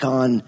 on